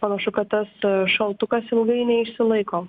panašu kad tas šaltukas ilgai neišsilaiko